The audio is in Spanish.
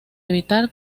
evitar